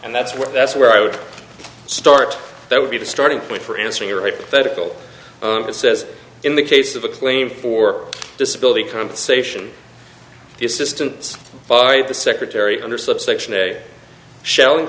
and that's where that's where i would start that would be the starting point for answering your hypothetical that says in the case of a claim for disability compensation the assistance by the secretary under subsection a shell